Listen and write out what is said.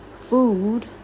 Food